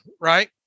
right